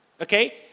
okay